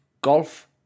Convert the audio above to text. golf